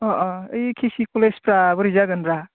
अह अह ओइ केसि कलेजफ्रा बोरै जागोनब्रा